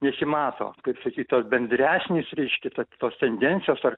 nesimato kaip sakyt tos bendresnis reiškia tos tendencijos ar